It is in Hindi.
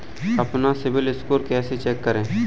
अपना सिबिल स्कोर कैसे चेक करें?